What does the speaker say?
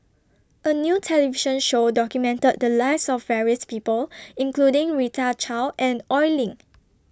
A New television Show documented The Lives of various People including Rita Chao and Oi Lin